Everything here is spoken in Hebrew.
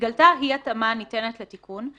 התגלתה אי-התאמה הניתנת לתיקון,